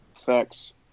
effects